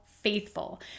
faithful